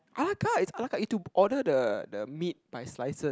a-la-carte it's a-la-carte you to order the the meat by slices